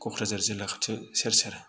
क'क्राझार जिल्ला खाथियाव सेर सेर